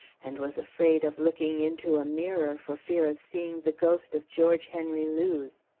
and was afraid of looking into a mirror for fear of seeing the ghost of george henry lewes.